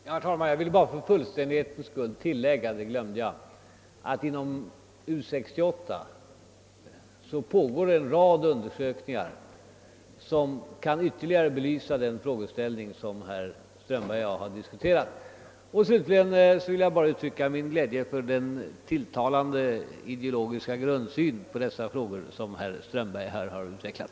Herr talman! Jag vill för fullständighetens skull tillägga — jag glömde att säga det tidigare — att inom U 68 pågår en rad undersökningar, som kan ytterligare belysa den frågeställning som herr Strömberg och jag har diskuterat. Slutligen uttrycker jag min glädje över den tilltalande ideologiska grundsyn på dessa frågor som herr Strömberg utvecklat.